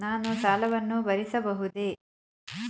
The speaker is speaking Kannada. ನಾನು ಸಾಲವನ್ನು ಭರಿಸಬಹುದೇ?